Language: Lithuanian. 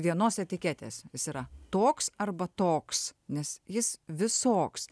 vienos etiketės jis yra toks arba toks nes jis visoks